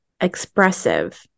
expressive